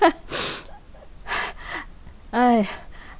!aiya!